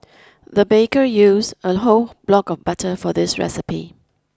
the baker used a whole block of butter for this recipe